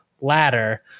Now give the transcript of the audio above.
ladder